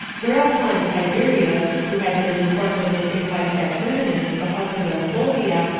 whereupon tiberius, who had been informed of the thing by saturninus, the husband of fulvia,